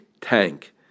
tank